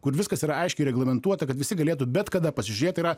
kur viskas yra aiškiai reglamentuota kad visi galėtų bet kada pasižėt yra